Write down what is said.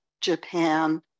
Japan